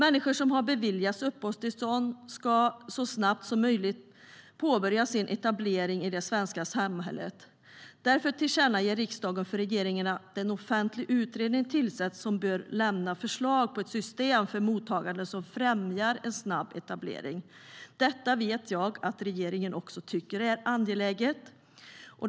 Människor som har beviljats uppehållstillstånd ska så snabbt som möjligt påbörja sin etablering i det svenska samhället. Därför tillkännager riksdagen för regeringen att en offentlig utredning tillsätts som bör lämna förslag på ett system för mottagandet som främjar en snabb etablering. Detta vet jag att också regeringen tycker är angeläget.